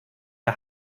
der